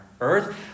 Earth